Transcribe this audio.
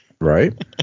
Right